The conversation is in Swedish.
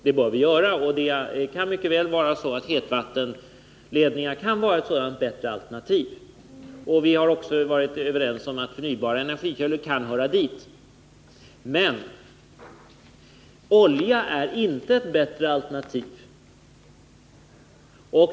Hetvattenledningar kan mycket väl vara ett sådant bättre alternativ. Vi har också varit överens om att förnybara energikällor kan höra dit. Men olja är inte ett bättre alternativ.